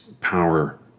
power